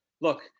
Look